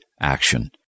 action